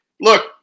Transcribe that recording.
look